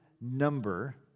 number